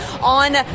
on